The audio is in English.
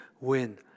win